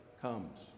comes